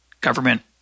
government